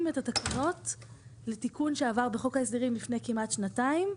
את התקנות לתיקון שעבר בחוק ההסדרים לפני כמעט שנתיים,